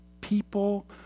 people